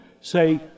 say